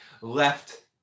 left